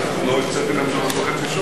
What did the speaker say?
לא הקציתי להם שלוש שעות וחצי,